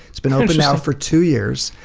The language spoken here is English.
it's been open now for two years.